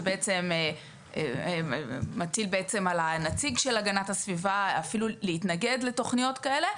שבעצם מטיל על הנציג של הגנת הסביבה אפילו להתנגד לתוכניות כאלה,